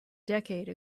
decade